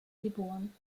geboren